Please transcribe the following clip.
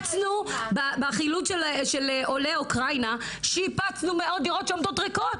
בחילוץ של עולי אוקראינה שיפצנו דירות שעומדות ריקות